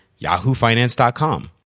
yahoofinance.com